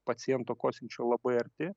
paciento kosinčio labai arti